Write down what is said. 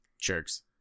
Jerks